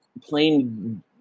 plain